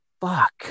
fuck